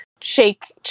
shake